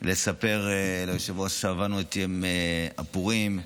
לספר ליושב-ראש שעברנו את יום הפורים,